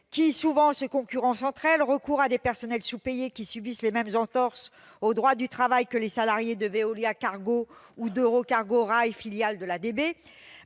qui, souvent, se concurrencent ; recours à des personnels sous-payés, subissant les mêmes entorses au droit du travail que les salariés de Veolia Cargo ou d'Euro Cargo Rail, filiale de la